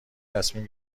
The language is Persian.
تصمیم